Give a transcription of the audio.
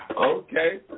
Okay